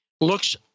looks